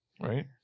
right